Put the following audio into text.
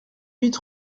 huit